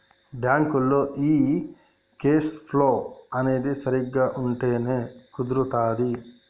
బ్యాంకులో ఈ cash flow అనేది సరిగ్గా ఉంటేనే కుదురుతాది